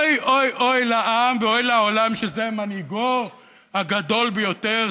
אוי אוי לעם ואוי לעולם שזה מנהיגו הגדול ביותר.